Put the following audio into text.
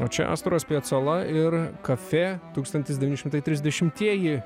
o čia astros pecola ir kafė tūkstantis devyni šimtai trisdešimtieji